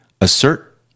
assert